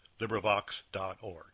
LibriVox.org